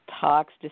talks